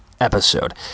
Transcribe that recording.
episode